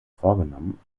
vorgenommen